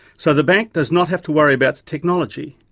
so the bank does not have to worry about the technology.